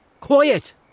Quiet